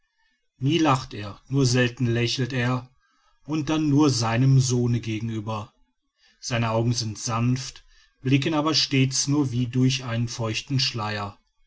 nie lacht er nur selten lächelt er und dann nur seinem sohne gegenüber seine augen sind sanft blicken aber stets nur wie durch einen feuchten schleier